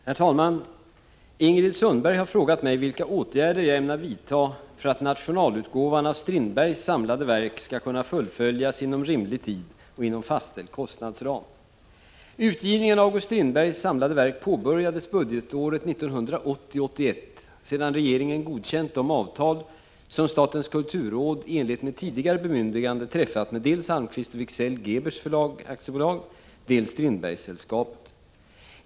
Herr talman! Ingrid Sundberg har frågat mig vilka åtgärder jag ämnar vidta för att nationalutgåvan av Strindbergs samlade verk skall kunna fullföljas inom rimlig tid och inom fastställd kostnadsram. Utgivningen av August Strindbergs samlade verk påbörjades budgetåret 1980 Gebers Förlag AB, dels Strindbergssällskapet.